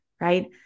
right